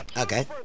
Okay